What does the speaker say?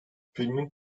filmin